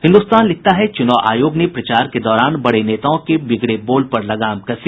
हिन्दुस्तान लिखता है चुनाव आयोग ने प्रचार के दौरान बड़े नेताओं के बिगड़े बोल पर लगाम कसी